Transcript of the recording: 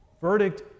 Verdict